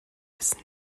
wissen